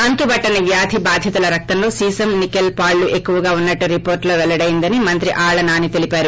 అంతుబట్షని వ్యాధి బాధితుల రక్తంలో సీసం నికెల్ పాళ్ళు ఎక్కువగా ఉన్నట్టు రిపోర్టులో వెల్లడయ్యిందని మంత్రి ఆళ్వ నాని తెలిపారు